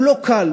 הוא לא קל,